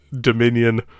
Dominion